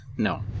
No